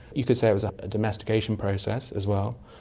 you could say it was a domestication process as well.